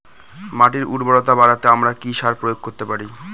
মাটির উর্বরতা বাড়াতে আমরা কি সার প্রয়োগ করতে পারি?